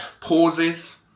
pauses